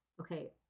okay